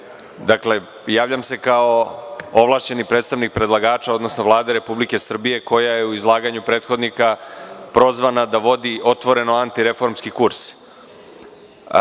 jJavljam se kao ovlašćeni predstavnik predlagača, odnosno Vlade Republike Srbije, koja je u izlaganju prethodnika prozvana da vodi otvoreno antireformski kurs.